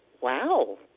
wow